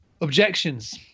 objections